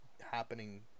happening